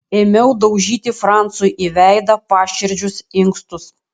ėmiau daužyti francui į veidą paširdžius inkstus